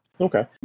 Okay